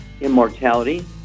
Immortality